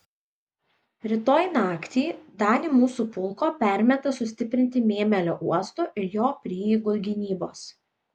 rytoj naktį dalį mūsų pulko permeta sustiprinti mėmelio uosto ir jo prieigų gynybos